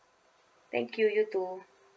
thank you you too